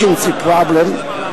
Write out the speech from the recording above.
agency problem,